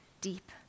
deep